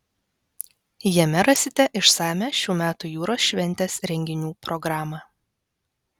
jame rasite išsamią šių metų jūros šventės renginių programą